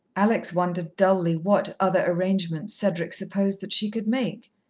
alex wondered dully what other arrangements cedric supposed that she could make.